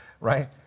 right